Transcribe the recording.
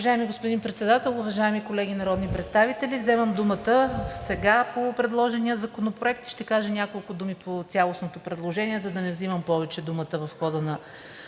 Уважаеми господин Председател, уважаеми колеги народни представители! Вземам думата сега по предложения законопроект – ще кажа няколко думи по цялостното предложение, за да не вземам повече думата в хода на